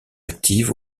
active